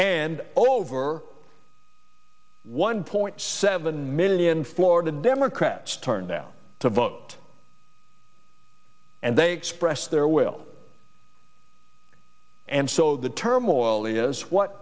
and over one point seven million florida democrats turn now to vote and they express their will and so the turmoil is what